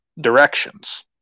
directions